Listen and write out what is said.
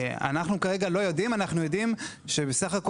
כרגע, אנחנו לא יודעים.